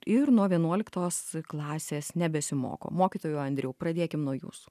ir nuo vienuoliktos klasės nebesimoko mokytojau andriau pradėkim nuo jūsų